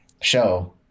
show